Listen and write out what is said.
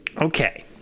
Okay